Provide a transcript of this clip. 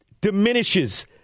diminishes